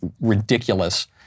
ridiculous